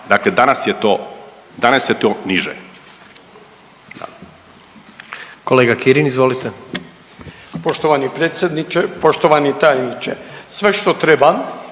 je to, danas je to niže.